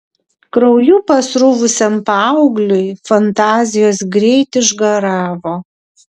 krauju pasruvusiam paaugliui fantazijos greit išgaravo